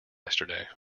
yesterday